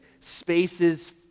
spaces